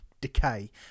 decay